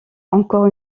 encore